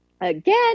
Again